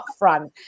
upfront